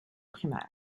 primaires